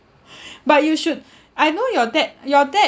but you should I know your dad your dad